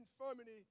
infirmity